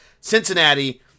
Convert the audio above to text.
Cincinnati